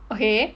okay